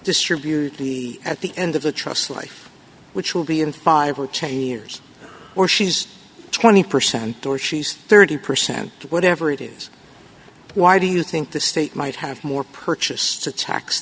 distribute the at the end of the truss life which will be in five or ten years or she's twenty percent or she's thirty percent whatever it is why do you think the state might have more purchased a ta